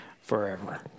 forever